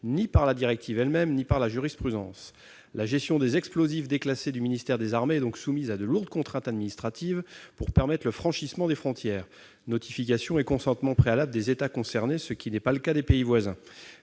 ni par la directive elle-même ni par la jurisprudence. La gestion des explosifs déclassés du ministère des armées est donc soumise à de lourdes contraintes administratives pour permettre le franchissement des frontières- notification et consentement préalable des États concernés -, ce qui n'est pas le cas dans les pays voisins.